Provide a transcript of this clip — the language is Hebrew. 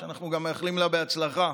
שאנחנו מאחלים לה בהצלחה,